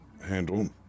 handle